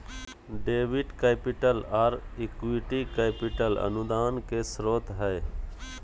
debit capital, आर equity capital अनुदान के स्रोत हय